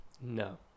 No